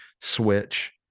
switch